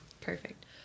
Perfect